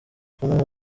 kumuha